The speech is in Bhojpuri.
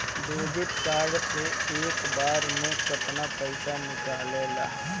डेबिट कार्ड से एक बार मे केतना पैसा निकले ला?